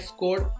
code